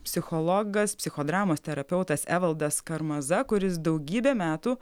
psichologas psichodramos terapeutas evaldas karmaza kuris daugybę metų